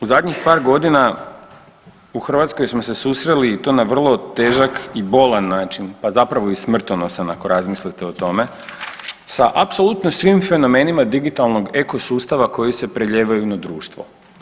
U zadnjih par godina u Hrvatskoj smo se susreli i to na vrlo težak i bolan način, pa zapravo i smrtonosan ako razmislite o tome sa apsolutno svim fenomenima digitalnog eko sustava koji se prelijevaju na društvo.